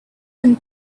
them